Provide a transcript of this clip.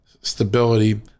stability